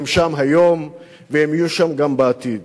הם שם היום והם יהיו שם גם בעתיד.